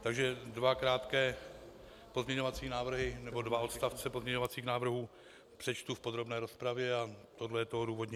Takže dva krátké pozměňovací návrhy, nebo dva odstavce pozměňovacích návrhů, přečtu v podrobné rozpravě a tohle je odůvodnění.